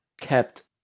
kept